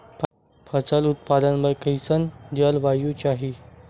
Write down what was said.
फसल उत्पादन बर कैसन जलवायु चाही?